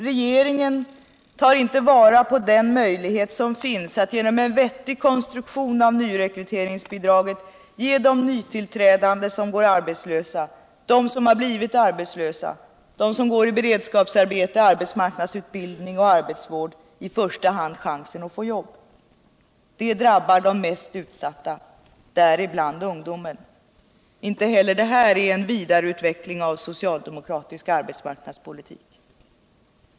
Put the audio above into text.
Regeringen tar inte vara på den möjlighet som finns att genom en vettig konstruktion av nyrekryteringsbidraget ge de nytillträdande som söker arbete, dem som blivit arbetslösa, dem som går i beredskapsarbete, arbetsmarknadsutbildning eller arbetsvård, i första hand chansen att få jobb. Det drabbar de mest utsatta — däribland ungdomen. Inte heller detta är en vidareutveckling av socialdemokratisk arbetsmarknadspolitik.